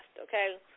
okay